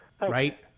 Right